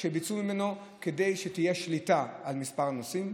שדרשו ממנו כדי שתהיה שליטה על מספר הנוסעים,